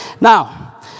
Now